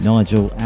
Nigel